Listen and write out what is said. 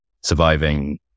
surviving